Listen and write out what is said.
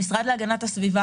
המשרד להגנת הסביבה